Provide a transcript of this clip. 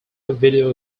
video